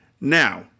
Now